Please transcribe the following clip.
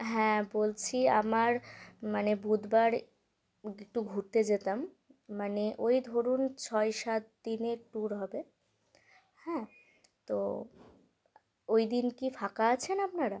হ্যাঁ বলছি আমার মানে বুধবার একটু ঘুরতে যেতাম মানে ওই ধরুন ছয় সাত দিনের ট্যুর হবে হ্যাঁ তো ওই দিন কি ফাঁকা আছেন আপনারা